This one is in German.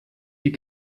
die